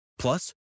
Plus